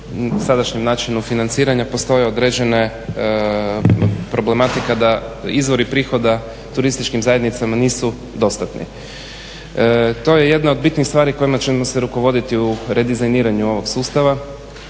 sadašnjem načinu financiranja postoji određena problematika da izvori prihoda turističkim zajednicama nisu dostatni. To je jedna od bitnih stvari kojima ćemo se rukovoditi u redizajniranju ovog sustava